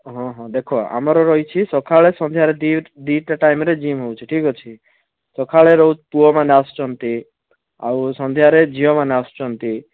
ହଁ ହଁ ଦେଖ ଆମର ରହିଛି ସକାଳେ ସନ୍ଧ୍ୟାରେ ଦୁଇ ଦୁଇଟା ଟାଇମ୍ରେ ଜିମ୍ ହେଇଛି ଠିକ୍ ଅଛି ସକାଳେ ରହୁଛି ପୁଅମାନେ ଆସୁଛନ୍ତି ଆଉ ସନ୍ଧ୍ୟାରେ ଝିଅମାନେ ଆସୁଛନ୍ତି